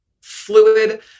fluid